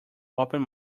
open